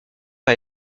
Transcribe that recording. par